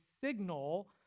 signal